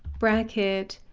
bracket,